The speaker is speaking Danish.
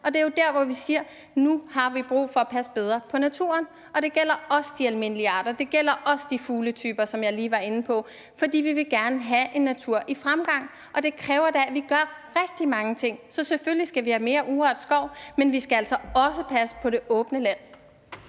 Og det er der, hvor vi siger, at vi har brug for at passe bedre på naturen. Og det gælder også de almindelige arter, og det gælder også de fuglearter, som jeg lige var inde på, for vi vil gerne have en natur i fremgang, og det kræver da, at vi gør rigtig mange ting. Så selvfølgelig skal vi have mere urørt skov, men vi skal også passe på det åbne land.